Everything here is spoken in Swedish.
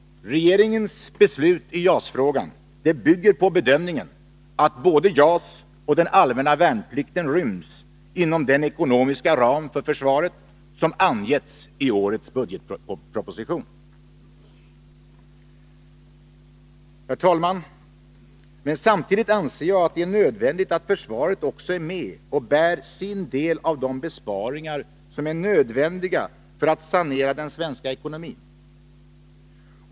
Regeringens beslut i JAS-frågan bygger på bedömningen att både JAS och den allmänna värnplikten ryms inom den ekonomiska ram för försvaret som angetts i årets budgetproposition. Herr talman! Samtidigt anser jag att det är nödvändigt att försvaret också är med och bär sin del av de besparingar som är nödvändiga för att sanera den svenska ekonomin.